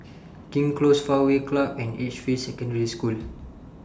King's Close Fairway Club and Edgefield Secondary School